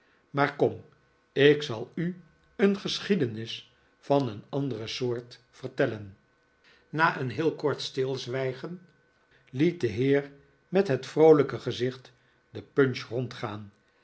maar kom ik zal u een geschiedenis van een andere soort vertellen na een heel kort stilzwijgen liet de heer met het vroolijke gezicht